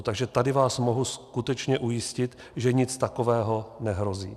Takže tady vás můžu skutečně ujistit, že nic takového nehrozí.